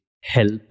help